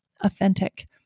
authentic